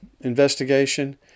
investigation